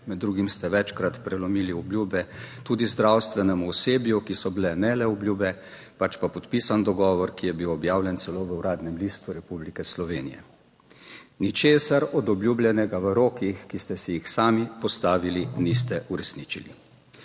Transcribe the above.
med drugim ste večkrat prelomili obljube, tudi zdravstvenemu osebju, ki so bile ne le obljube, pač pa podpisan dogovor, ki je bil objavljen celo v Uradnem listu Republike Slovenije. Ničesar od obljubljenega v rokih, ki ste si jih sami postavili, niste uresničili.